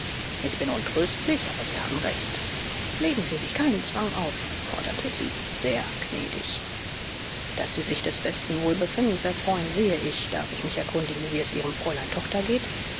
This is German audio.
ich bin untröstlich aber sie haben recht legen sie sich keinen zwang auf forderte sie sehr gnädig daß sie sich des besten wohlbefindens erfreuen sehe ich darf ich mich erkundigen wie es ihrem fräulein tochter geht